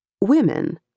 Women